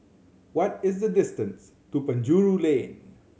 what is the distance to Penjuru Lane